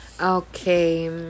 okay